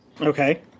Okay